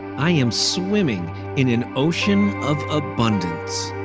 i am swimming in an ocean of abundance.